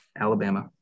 Alabama